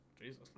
Jesus